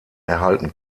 erhalten